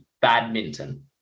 badminton